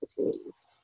opportunities